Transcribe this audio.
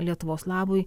lietuvos labui